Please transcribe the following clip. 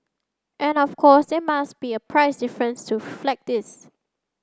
and of course there must be a price difference to this